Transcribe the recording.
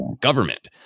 government